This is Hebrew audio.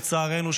לצערנו,